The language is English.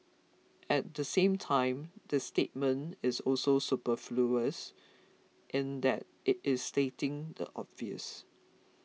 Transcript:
at the same time the statement is also superfluous in that it is stating the obvious